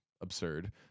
absurd